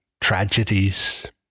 tragedies